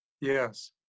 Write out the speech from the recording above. Yes